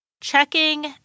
Checking